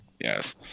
yes